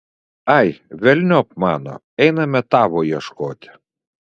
ai velniop mano einame tavo ieškoti